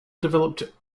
developed